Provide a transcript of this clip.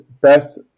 best